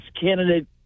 candidate